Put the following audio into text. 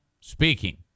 speaking